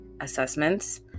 assessments